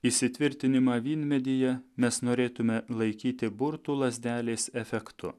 įsitvirtinimą vynmedyje mes norėtume laikyti burtų lazdelės efektu